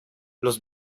los